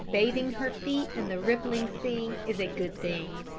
bathing her feet in the rippling sea, is a good thing.